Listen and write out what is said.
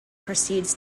proceeds